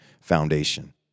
foundation